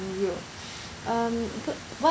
room um b~ what